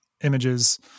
images